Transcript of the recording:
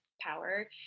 power